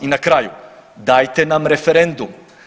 I na kraju dajte nam referendum.